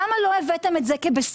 למה לא הבאתם את זה כבשורה?